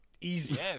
Easy